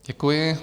Děkuji.